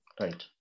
Right